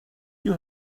you